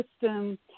system